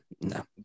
no